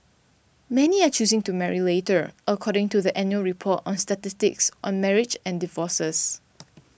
many are choosing to marry later according to the annual report on statistics on marriages and divorces